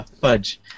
fudge